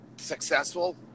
successful